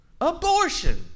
Abortion